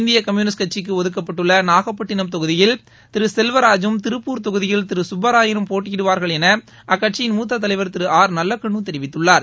இந்திய கம்யுனிஸ்ட் கட்சிக்கு ஒதுக்கப்பட்டுள்ள நாகப்பட்டினம் தொகுதியில் திரு செல்வராஜூம் திருப்பூர் தொகுதியில் திரு சுப்பராயனும் போட்டியிடுவார்கள் என அக்கட்சியின் மூத்த தலைவர் திரு ஆர் நல்லகண்ணு தெரிவித்துள்ளார்